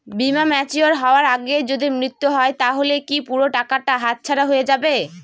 বীমা ম্যাচিওর হয়ার আগেই যদি মৃত্যু হয় তাহলে কি পুরো টাকাটা হাতছাড়া হয়ে যাবে?